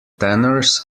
tenors